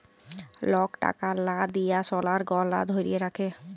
lock টাকার লা দিঁয়ে সলার গহলা ধ্যইরে রাখে